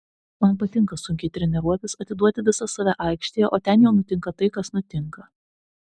man patinka sunkiai treniruotis atiduoti visą save aikštėje o ten jau nutinka tai kas nutinka